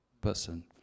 person